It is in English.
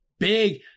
Big